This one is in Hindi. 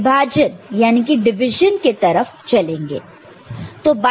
तो अब हम विभाजन यानी कि डिवीजन के तरफ चलेंगे